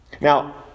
Now